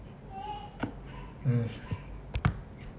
mm